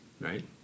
right